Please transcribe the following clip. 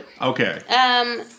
Okay